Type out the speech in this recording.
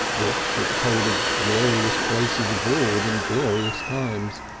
books that told of glorious places abroad and glorious times,